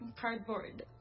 cardboard